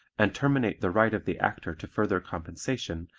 and terminate the right of the actor to further compensation,